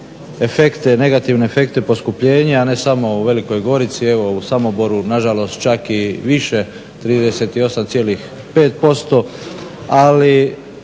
negativne efekta poskupljenja ali ne samo u Velikoj Gorici, evo u Samoboru nažalost čak i više 38,5%. Ali